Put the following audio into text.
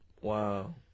Wow